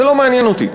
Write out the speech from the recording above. זה לא מעניין אותי,